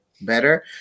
Better